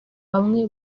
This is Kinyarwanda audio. bamwe